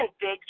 big